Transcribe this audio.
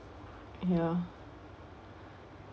ya